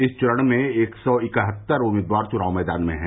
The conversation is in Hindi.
इस चरण में एक सौ इकहत्तर उम्मीदवार चुनाव मैदान में हैं